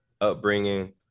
upbringing